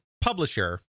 publisher